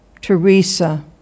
Teresa